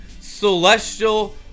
celestial